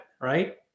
right